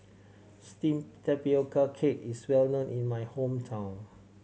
steamed tapioca cake is well known in my hometown